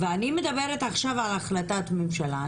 ואני מדברת עכשיו על החלטת ממשלה.